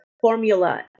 formula